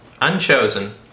Unchosen